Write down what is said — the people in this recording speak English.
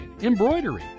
embroidery